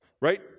right